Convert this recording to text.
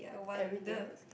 everything also s~